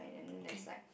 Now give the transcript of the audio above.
okay